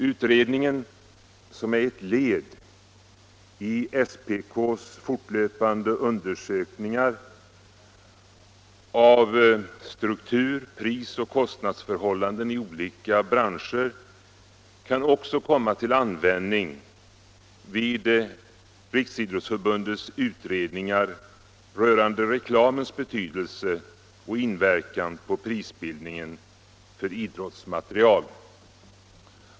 Utredningen, som är ett led i SPK:s fortlöpande undersökningar av struktur-, prisoch kostnadsförhållanden i olika branscher, kan också komma till användning vid Riksidrottsförbundets utredningar rörande reklamens betydelse för och inverkan på prisbildningen på idrottsmateriel.